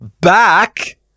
back